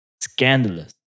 scandalous